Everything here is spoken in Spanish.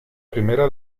primera